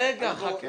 רגע, חכה.